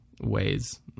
ways